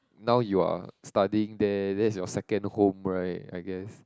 now you are studying there that's your second home right I guess